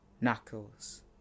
Knuckles